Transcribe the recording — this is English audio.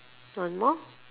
one more